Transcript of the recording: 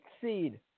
seed